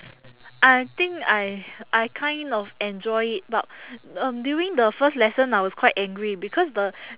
I think I I kind of enjoy it but um during the first lesson I was quite angry because the